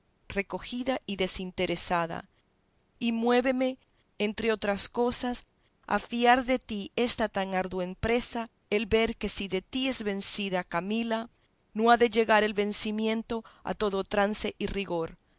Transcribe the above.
recogida y desinteresada y muéveme entre otras cosas a fiar de ti esta tan ardua empresa el ver que si de ti es vencida camila no ha de llegar el vencimiento a todo trance y rigor